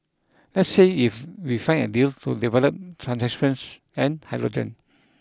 let's see if we find a deal to develop transmissions and hydrogen